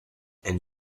and